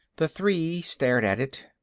the three stared at it.